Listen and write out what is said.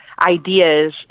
ideas